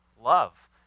love